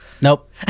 nope